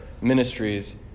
ministries